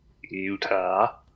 Utah